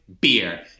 beer